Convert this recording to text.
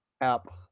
App